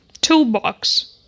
toolbox